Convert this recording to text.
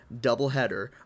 doubleheader